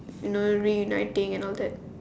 you know reuniting and all that